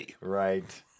Right